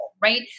right